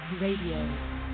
Radio